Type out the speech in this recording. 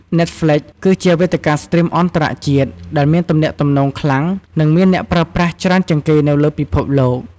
ណែតហ្ល្វិច (Netflix) គឺជាវេទិកាស្ទ្រីមអន្តរជាតិដែលមានទំនាក់ទំនងខ្លាំង និងមានអ្នកប្រើប្រាស់ច្រើនជាងគេនៅលើពិភពលោក។